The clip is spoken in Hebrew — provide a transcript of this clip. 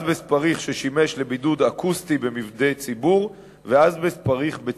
לבידוד אקוסטי במבני ציבור ובצה"ל.